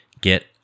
get